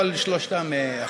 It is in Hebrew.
או על שלושתם יחד?